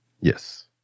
Yes